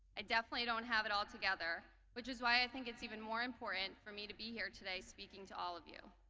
ah definitely don't have it all together, which is why i think it's even more important for me to be here today speaking to all of you.